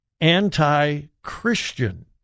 anti-Christian